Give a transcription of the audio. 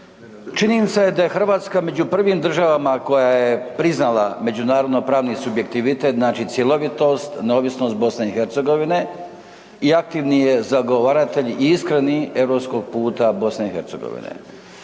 činjenica je da je Hrvatska među prvim državama koja je priznala međunarodno-pravni subjektivitet znači cjelovitost, neovisnost BiH-a i aktivni je zagovaratelj i iskreni, europskog puta BiH-a.